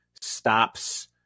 stops